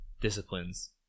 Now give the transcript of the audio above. disciplines